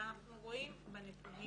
הרי אנחנו רואים בנתונים